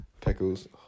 Pickles